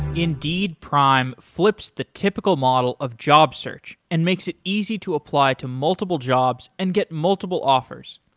indeed prime flips the typical model of job search and makes it easy to apply to multiple jobs and get multiple offers.